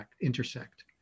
intersect